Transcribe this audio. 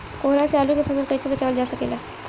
कोहरा से आलू के फसल कईसे बचावल जा सकेला?